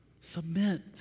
Submit